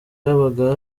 habaga